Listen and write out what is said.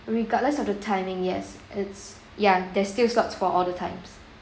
regardless of the timing yes it's ya there're still slots for all the times